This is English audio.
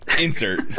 insert